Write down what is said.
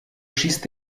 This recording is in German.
schießt